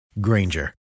Granger